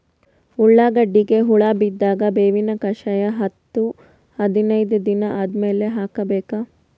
ಉಳ್ಳಾಗಡ್ಡಿಗೆ ಹುಳ ಬಿದ್ದಾಗ ಬೇವಿನ ಕಷಾಯ ಹತ್ತು ಹದಿನೈದ ದಿನ ಆದಮೇಲೆ ಹಾಕಬೇಕ?